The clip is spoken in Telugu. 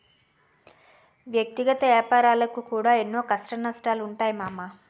వ్యక్తిగత ఏపారాలకు కూడా ఎన్నో కష్టనష్టాలుంటయ్ మామా